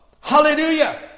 Hallelujah